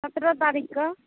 सतरह तारिखके